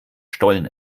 stollen